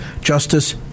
Justice